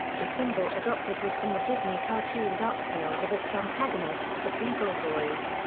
the symbol adopted was from the disney cartoon ducktales of its antagonists the beagle boys.